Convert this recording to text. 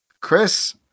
Chris